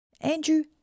Andrew